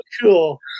cool